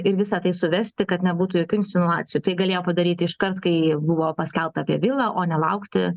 ir visa tai suvesti kad nebūtų jokių insinuacijų tai galėjo padaryti iškart kai buvo paskelbta apie vilą o nelaukti